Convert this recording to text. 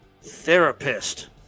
Therapist